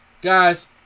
guys